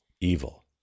evil